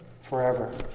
Forever